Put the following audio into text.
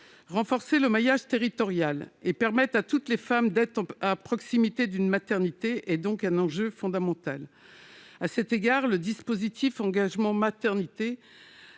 Renforcer le maillage territorial et permettre à toutes les femmes d'être à proximité d'une maternité est donc un enjeu fondamental. À cet égard, le dispositif « engagement maternité